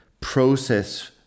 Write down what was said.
process